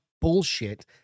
bullshit